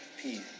peace